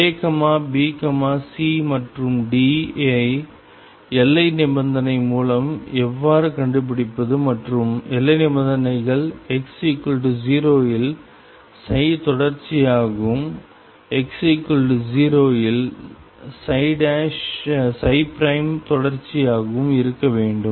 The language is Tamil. A B C மற்றும் D ஐ எல்லை நிபந்தனை மூலம் எவ்வாறு கண்டுபிடிப்பது மற்றும் எல்லை நிபந்தனைகள் x 0 இல் தொடர்ச்சியாகவும் x 0 இல் தொடர்ச்சியாகவும் இருக்க வேண்டும்